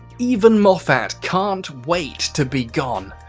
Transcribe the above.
even moffat can't wait to be gone.